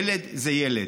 ילד זה ילד,